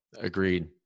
Agreed